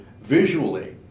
visually